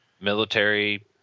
military